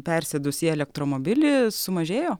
persėdus į elektromobilį sumažėjo